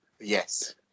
Yes